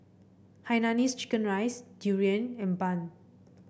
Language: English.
Hainanese Chicken Rice durian and bun